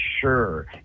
sure